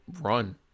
run